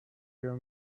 your